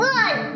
one